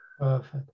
Perfect